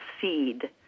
seed